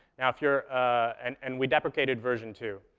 now if you're and and we deprecated version two.